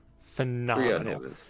Phenomenal